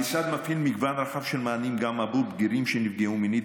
המשרד מפעיל מגוון רחב של מענים גם עבור בגירים שנפגעו מינית,